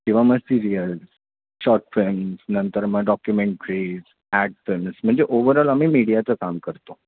किंवा मग serials short films नंतर मग डॉक्युमेंट्रीज ॲडफिम्स म्हणजे ओवरऑल आम्ही मीडियाचं काम करतो